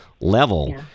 level